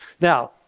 Now